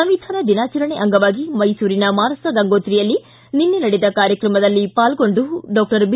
ಸಂವಿಧಾನ ದಿನಾಚರಣೆ ಅಂಗವಾಗಿ ಮೈಸೂರಿನ ಮಾನಸ ಗಂಗೋತ್ರಿಯಲ್ಲಿ ನಿನ್ನೆ ನಡೆದ ಕಾರ್ಯಕ್ರಮದಲ್ಲಿ ಪಾಲ್ಗೊಂಡು ಡಾಕ್ಟರ್ ಬಿ